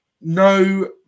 No